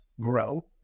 grow